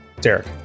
Derek